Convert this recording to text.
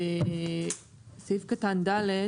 בסעיף קטן (ד),